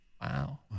Wow